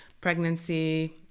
pregnancy